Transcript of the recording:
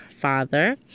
father